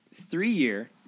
Three-year